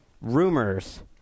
Rumors